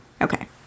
Okay